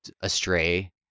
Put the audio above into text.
astray